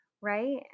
Right